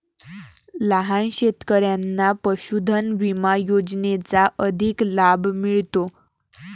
लहान शेतकऱ्यांना पशुधन विमा योजनेचा अधिक लाभ मिळतो